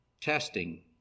testing